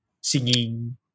Singing